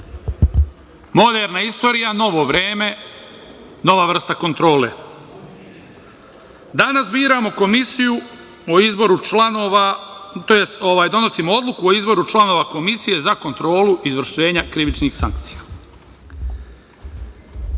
dela. Moderna istorija, novo vreme, nova vrsta kontrole. Danas donosimo odluku o izboru članova Komisije za kontrolu izvršenja krivičnih sankcija. Drage